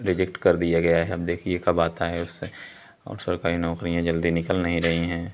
reject कर दिया गया है अब देखिए कब आता है उससे और सरकारी नौकरियाँ जल्दी निकल नहीं रहीं हैं